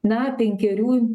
na penkerių